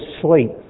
sleep